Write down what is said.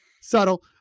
Subtle